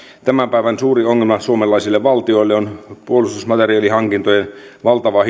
tämän päivän suuri ongelma suomen valtiolle on puolustusmateriaalihankintojen valtava